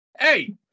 Hey